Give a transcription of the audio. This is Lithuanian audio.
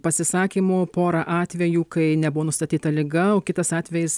pasisakymų pora atvejų kai nebuvo nustatyta liga o kitas atvejis